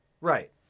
Right